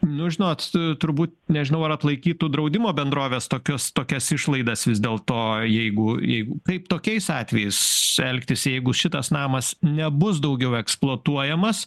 nu žinot turbūt nežinau ar atlaikytų draudimo bendrovės tokius tokias išlaidas vis dėlto jeigu jeigu kaip tokiais atvejais elgtis jeigu šitas namas nebus daugiau eksploatuojamas